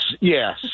yes